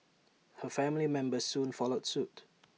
her family members soon followed suit